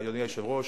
אדוני היושב-ראש,